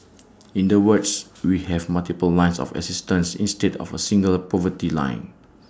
in the words we have multiple lines of assistance instead of A single poverty line